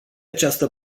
această